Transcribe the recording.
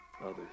others